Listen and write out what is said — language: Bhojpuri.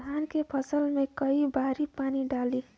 धान के फसल मे कई बारी पानी डाली?